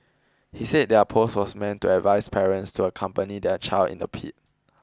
he said their post was meant to advise parents to accompany their child in the pit